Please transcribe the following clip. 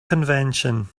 convention